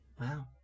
Wow